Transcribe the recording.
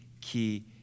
key